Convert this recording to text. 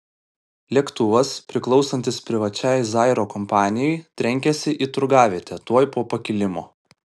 lėktuvas priklausantis privačiai zairo kompanijai trenkėsi į turgavietę tuoj po pakilimo